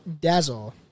Dazzle